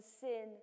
sin